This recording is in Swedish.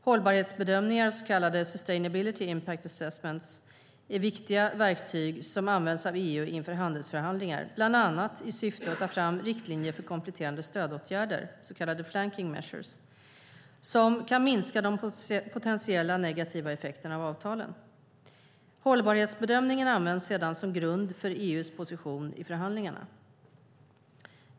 Hållbarhetsbedömningar, så kallade sustainability impact assessments, är viktiga verktyg som används av EU inför handelsförhandlingar, bland annat i syfte att ta fram riktlinjer för kompletterande stödåtgärder - så kallade flanking measures - som kan minska de potentiella negativa effekterna av avtalen. Hållbarhetsbedömningen används sedan som grund för EU:s position i förhandlingarna.